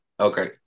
okay